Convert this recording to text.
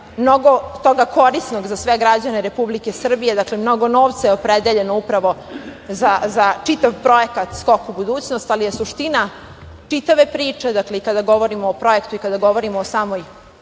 mnogo toga korisnog za sve građane Republike Srbije. Dakle, mnogo novca je opredeljeno upravo za čitav projekat „Skok u budućnost“, ali je suština čitave priče, dakle, i kada govorimo o projektu i kada govorimo o samoj